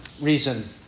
reason